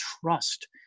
trust